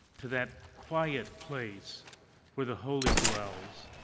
to that quiet place where the holy dwells